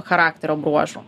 charakterio bruožų